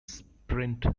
sprint